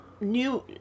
new